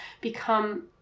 become